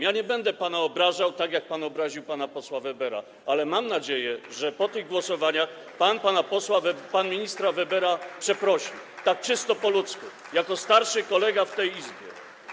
Ja nie będę pana obrażał, tak jak pan obraził pana posła Webera, ale mam nadzieję, że po tych głosowaniach pan pana posła, pana ministra Webera przeprosi, tak czysto po ludzku, jako starszy kolega w tej Izbie.